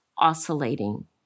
oscillating